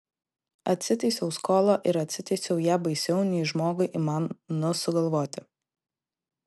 atsiteisiau skolą ir atsiteisiau ją baisiau nei žmogui įmanu sugalvoti